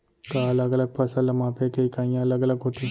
का अलग अलग फसल ला मापे के इकाइयां अलग अलग होथे?